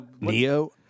Neo